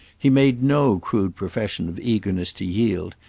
he made no crude profession of eagerness to yield,